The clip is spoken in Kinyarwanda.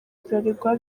bralirwa